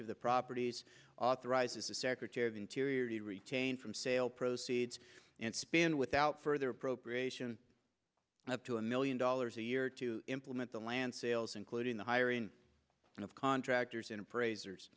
of the properties authorizes the secretary of interior to retain from sale proceeds and spend without further appropriation to a million dollars a year to implement the land sales including the hiring of contractors in appraiser